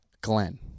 Glenn